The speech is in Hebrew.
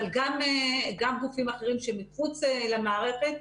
אבל גם גופים אחרים מחוץ למערכת,